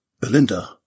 Belinda